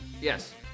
Yes